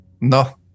No